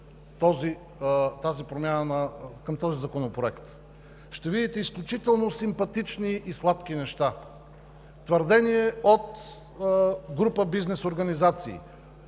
становища към този законопроект, ще видите изключително симпатични и сладки неща. Твърдение от група бизнес организации: